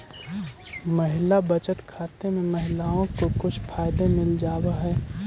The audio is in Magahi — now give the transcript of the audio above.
महिला बचत खाते में महिलाओं को कुछ फायदे मिल जावा हई